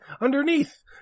underneath